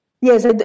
Yes